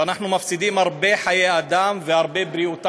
ואנחנו מפסידים הרבה חיי אדם והרבה בריאות,